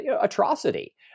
atrocity